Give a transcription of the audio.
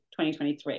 2023